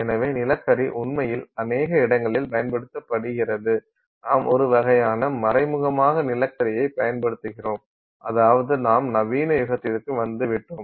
எனவே நிலக்கரி உண்மையில் அனேக இடங்களில் பயன்படுத்தப்படுகிறது நாம் ஒரு வகையான மறைமுகமாக நிலக்கரியைப் பயன்படுத்துகிறோம் அதாவது நாம் நவீன யுகத்திற்கு வந்துவிட்டோம்